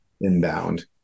inbound